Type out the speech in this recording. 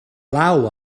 law